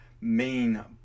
main